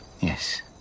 Yes